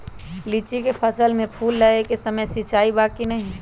लीची के फसल में फूल लगे के समय सिंचाई बा कि नही?